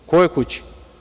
U kojoj kući?